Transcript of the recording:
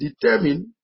determine